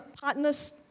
partners